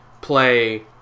play